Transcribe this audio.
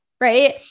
Right